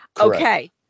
okay